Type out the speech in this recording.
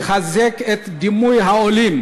יחזק את דימוי העולים